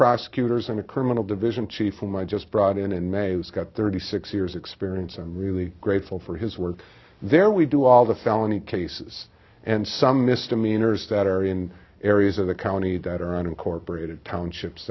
prosecutors and a criminal division chief from i just brought in in may that's got thirty six years experience i'm really grateful for his work there we do all the felony cases and some misdemeanors that are in areas of the county that are unincorporated townships